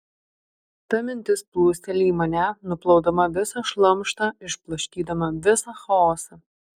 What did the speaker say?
ta mintis plūsteli į mane nuplaudama visą šlamštą išblaškydama visą chaosą